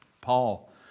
Paul